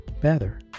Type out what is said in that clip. better